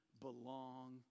belong